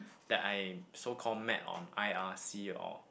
that I so called met on I_R_C or